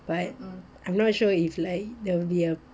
but I'm not sure if like they'll be a